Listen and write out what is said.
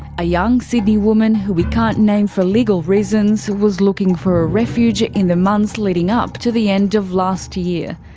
a young sydney woman, who we can't name for legal reasons, was looking for a refuge in the months leading up to the end of last year.